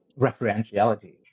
referentiality